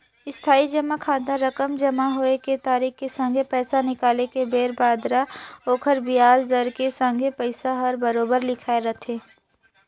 इस्थाई जमा खाता रकम जमा होए के तारिख के संघे पैसा निकाले के बेर बादर ओखर बियाज दर के संघे पइसा हर बराबेर लिखाए रथें